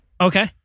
Okay